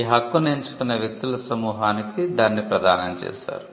ఈ హక్కును ఎంచుకున్న వ్యక్తుల సమూహానికి ప్రదానం చేశారు